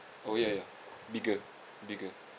oh ya ya bigger bigger